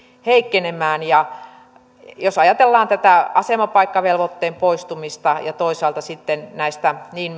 heikkenemään jos ajatellaan tätä asemapaikkavelvoitteen poistumista ja sitten toisaalta niin